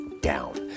down